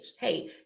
Hey